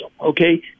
okay